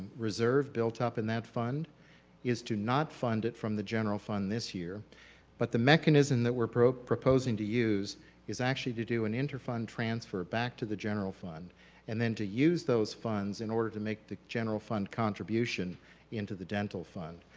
reserve build up in that fund is to not fund it from the general fund this year but the mechanism that we're proposing to use is actually to do an inter fund transfer back to the general fund and then to use those funds in order to make the general fund contribution into the dental fund.